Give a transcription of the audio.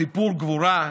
סיפור גבורה,